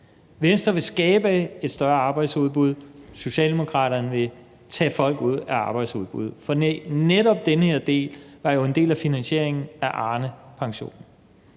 Venstre vil skabe et større arbejdsudbud – Socialdemokraterne vil tage folk ud af arbejdsudbuddet. For netop den her del var jo et element i finansieringen af Arnepensionen,